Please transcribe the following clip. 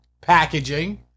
packaging